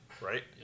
Right